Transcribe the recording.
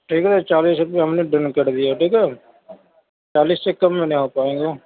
ٹھیک ہے میں چالیس روپیہ ہم نے ڈن کر دیا ٹھیک ہے اب چالیس سے کم میں نہ ہو پائے گا